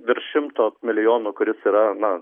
virš šimto milijonų kuris yra na